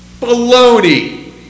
Baloney